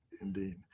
indeed